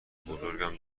بزرگم